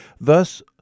thus